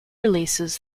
releases